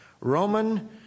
Roman